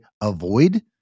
avoid